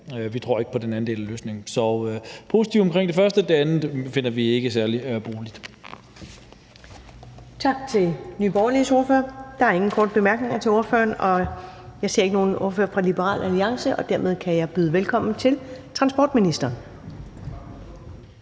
Vi tror ikke på den anden del af løsningen. Så vi er positive omkring det første. Det andet finder vi ikke særlig brugbart.